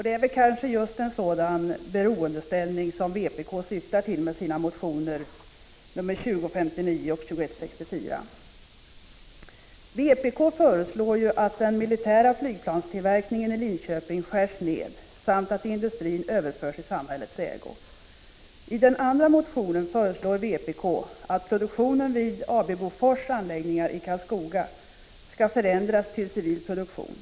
Det kanske är just en sådan beroendeställning som vpk syftar till med sina motioner 2059 och 2164. Vpk föreslår att den militära flygplanstillverkningen i Linköping skärs ned samt att industrin överförs i samhällets ägo. I den andra motionen föreslår vpkatt produktionen vid AB Bofors anläggningar i Karlskoga skall förändras till civil produktion.